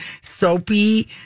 soapy